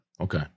Okay